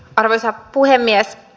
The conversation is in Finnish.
arvoisa puhemies